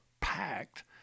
packed